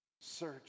Search